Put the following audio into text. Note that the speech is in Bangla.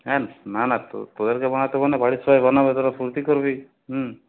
হ্যাঁ না না তোদেরকে বানাতে হবে না বাড়ির সবাই বানাবে তোরা ফুর্তি করবি হ্যাঁ